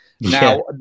Now